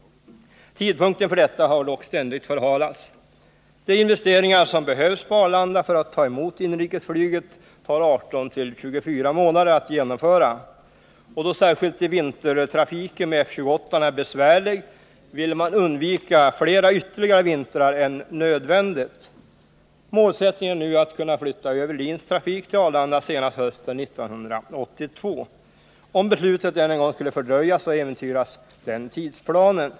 Tidpunkten för detta har dock ständigt förhalats. De investeringar som behövs på Arlanda för att ta emot inrikesflyget tar 18-24 månader att genomföra, och då särskilt vintertrafiken med F 28:an är besvärlig vill man undvika flera vintrar än nödvändigt på Bromma. Målsättningen är nu att flytta över LIN:s trafik till Arlanda senast hösten 1982. Om beslutet än en gång skulle fördröjas, äventyras den tidsplanen.